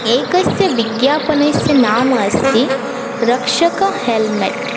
एकस्य विज्ञापनस्य नाम अस्ति रक्षकहेल्मेट्